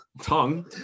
tongue